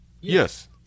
Yes